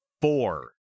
four